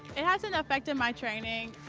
it hasn't affected my training.